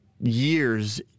years